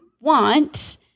want